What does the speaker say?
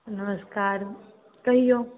नमस्कार कहिऔ